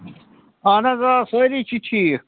اَہَن حظ آ سٲری چھِ ٹھیٖک